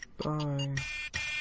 Bye